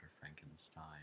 Frankenstein